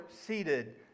seated